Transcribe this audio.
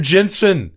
Jensen